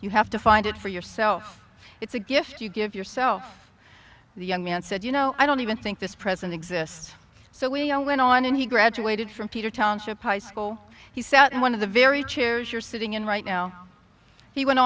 you have to find it for yourself it's a gift you give yourself the young man said you know i don't even think this present exists so when i went on and he graduated from peter township high school he sat in one of the very chairs you're sitting in right now he went